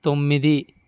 తొమ్మిది